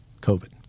COVID